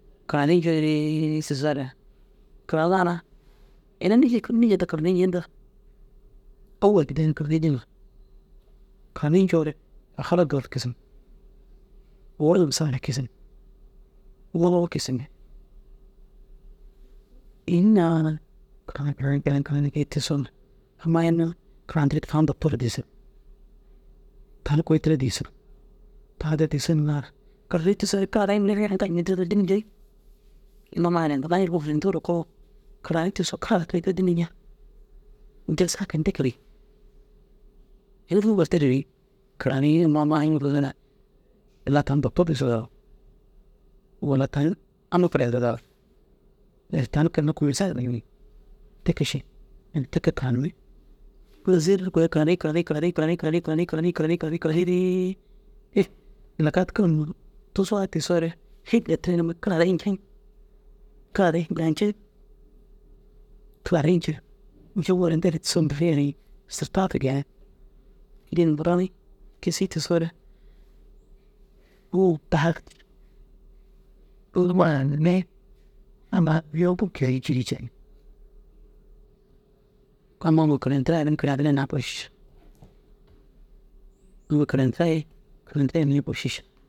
Kiranii ncooree tiisoore kirada na ina nî ja nî ja to kirani ncii inta. Ôwel bidaaya ru ini kiranii jiŋa kiranii ncoore ahalag gali kisiŋ. Owor numa saahel kisiŋ. Wuruu kisimmi. In naana kiranii kiranii kiranii kiranii kiraniiree tiisoo na ammai unnu kirandirii kirande buru tiisig. Tani kôi tira diisig. Taa de diisig niŋaa ru karare tiisoo na kararei mire re inta ronciŋ din bêi. Unnu ammai hanaitinnaa jirka findigire koo kiranii tiisoo kara kei tira dîni ñeŋ. Ini dêri saakit ini te kee bêi. Ini fûuge ru terigire bêi. Kiranii yim naana tiisoo na illaa tani dotor diisoo dagir. Wulla tani amma kira hediroo dagir. Hei tani kinna kumser niŋini te kee ši. Ini te kee kiranimmi kui zîir kôi kiranii kiranii kiranii kiranii kiraniiree hê nokaa kira numa tuzugaa tiisoore higde tira nimmi kiraarei nceŋ. Kiraarei buranciŋ kiraarei nceŋ. Nceŋore nter kisii tiisoore amma bîyoo buru kîzei cîrii cen. Amma nuŋu kirai ntiraa i uŋgo kiraintiraa ye kirantire hinnaa ye buru šiša.